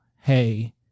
hey